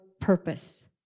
purpose